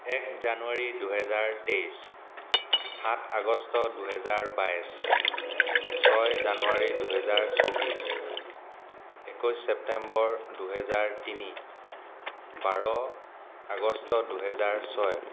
এক জানুৱাৰী দুহেজাৰ তেইছ সাত আগষ্ট দুহেজাৰ বাইছ ছয় জানুৱাৰী দুহেজাৰ চৌব্বিছ একৈছ ছেপ্টেম্বৰ দুহেজাৰ তিনি বাৰ আগষ্ট দুহেজাৰ ছয়